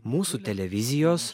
mūsų televizijos